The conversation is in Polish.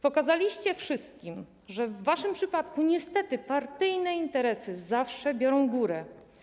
Pokazaliście wszystkim, że w waszym przypadku, niestety, partyjne interesy zawsze biorą górę.